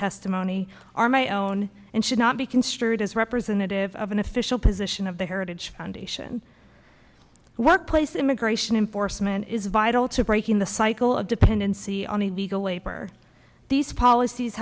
testimony are my own and should not be construed as representative of an official position of the heritage foundation workplace immigration enforcement is vital to breaking the cycle of dependency on the legal labor these policies